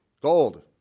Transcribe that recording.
gold